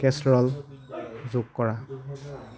casserole যোগ কৰা